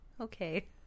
Okay